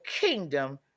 kingdom